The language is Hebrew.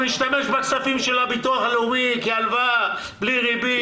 משתמש בכספים של הביטוח הלאומי כהלוואה בלי ריבית.